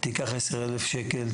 תיקח 10,000 שקל,